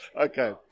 Okay